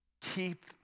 Keep